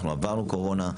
אנחנו עברנו קורונה,